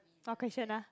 what question ah